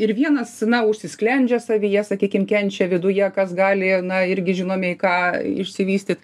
ir vienas na užsisklendžia savyje sakykim kenčia viduje kas gali na irgi žinome į ką išsivystyt